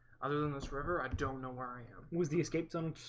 other than this river. i don't know where i am was the escape zone